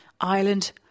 Ireland